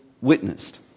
witnessed